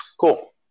cool